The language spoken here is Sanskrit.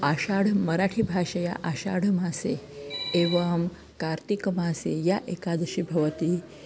आषाढे मराठिभाषया आषाढमासे एवं कार्तिकमासे या एकादशी भवति